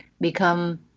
become